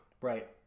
Right